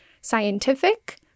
scientific